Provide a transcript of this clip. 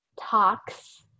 talks